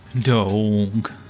dog